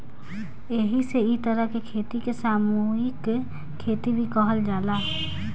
एही से इ तरह के खेती के सामूहिक खेती भी कहल जाला